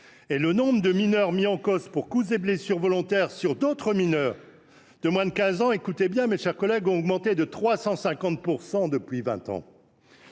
et le nombre de mineurs mis en cause pour coups et blessures volontaires sur d’autres mineurs de moins de 15 ans a augmenté – écoutez bien, mes chers collègues !– de 350 % depuis vingt ans.